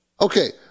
Okay